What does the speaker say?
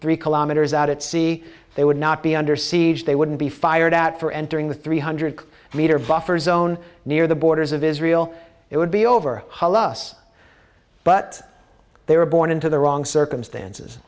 three kilometers out at sea they would not be under siege they wouldn't be fired at for entering the three hundred meter buffer zone near the borders of israel it would be over hollo us but they were born into the wrong circumstances